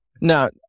Now